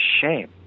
shame